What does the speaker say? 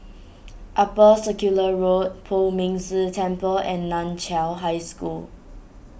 Upper Circular Road Poh Ming Tse Temple and Nan Chiau High School